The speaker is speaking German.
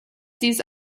dies